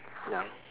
ya